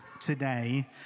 today